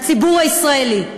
הציבור הישראלי.